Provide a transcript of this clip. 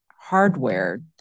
hardware